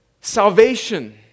salvation